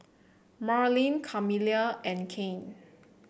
Marylyn Camilla and Cain